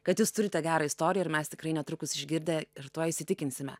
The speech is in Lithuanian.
kad jūs turite gerą istoriją ir mes tikrai netrukus išgirdę ir tuo įsitikinsime